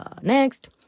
Next